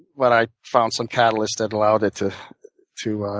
when i found some catalyst that allowed it to to ah